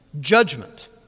judgment